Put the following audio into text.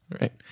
Right